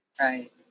right